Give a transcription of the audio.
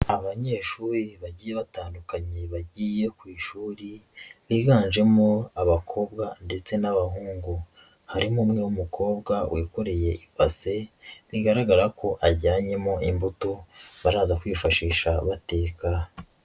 Abanyeshuri bagiye batandukanye bagiye ku ishuri, biganjemo abakobwa ndetse n'abahungu, harimo umwe w'umukobwa wikoreye ibase bigaragara ko ajyanyemo imbuto baraza kwifashisha bateka.